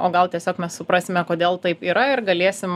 o gal tiesiog mes suprasime kodėl taip yra ir galėsim